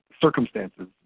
Circumstances